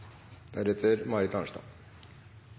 Representanten Marit Arnstad